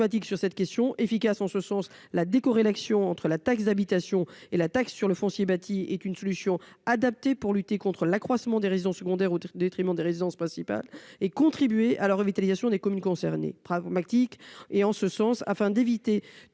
sur cette question efficace en ce sens la décorer l'action entre la taxe d'habitation et la taxe sur le foncier bâti, est une solution adaptée pour lutter contre l'accroissement des résidences secondaires au détriment des résidences principales et contribuer à la revitalisation des communes concernées pragmatique et en ce sens afin d'éviter tout